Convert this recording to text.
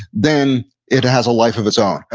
then it has a life of its own.